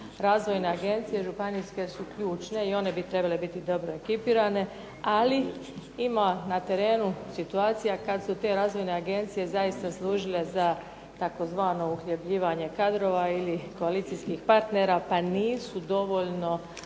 Razvojne agencije županijske su ključne i one bi trebale biti dobro ekipirane, ali ima na terenu situacija kad su te razvojne agencije zaista služile za tzv. .../Govornica se ne razumije./... kadrova ili koalicijskih partnera pa nisu dovoljno